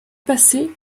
passé